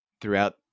throughout